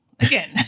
Again